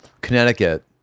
Connecticut